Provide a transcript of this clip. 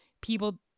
people